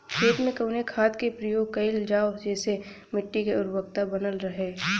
खेत में कवने खाद्य के प्रयोग कइल जाव जेसे मिट्टी के उर्वरता बनल रहे?